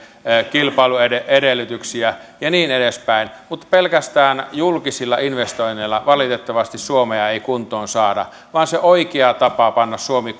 kilpailuedellytyksiä ja niin edespäin mutta pelkästään julkisilla investoinneilla valitettavasti ei suomea kuntoon saada vaan se oikea tapa panna suomi